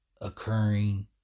occurring